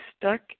stuck